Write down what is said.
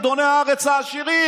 אדוני הארץ העשירים,